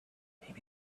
maybe